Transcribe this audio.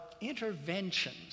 interventions